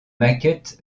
maquette